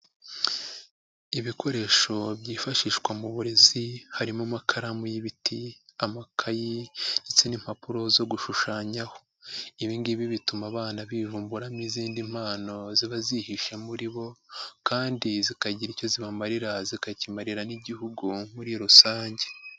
Ibikoresho byifashishwa mu burezi harimo amakaramu y'ibiti, amakayi ndetse n'impapuro zo gushushanyaho, ibi ngibi bituma abana bivumburamo izindi mpano ziba zihishe muri bo kandi zikagira icyo zibamarira zikakimarira n'Igihugu muri rusange.